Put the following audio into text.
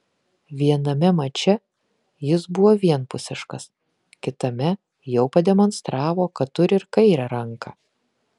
viename mače jis buvo vienpusiškas kitame jau pademonstravo kad turi ir kairę ranką